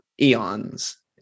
eons